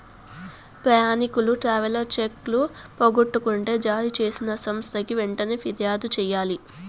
ప్రయాణికులు ట్రావెలర్ చెక్కులు పోగొట్టుకుంటే జారీ చేసిన సంస్థకి వెంటనే ఫిర్యాదు చెయ్యాలి